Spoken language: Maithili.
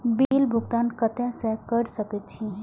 बिल भुगतान केते से कर सके छी?